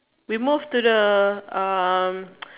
we move to the um